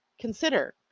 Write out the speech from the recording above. consider